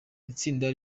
itsinda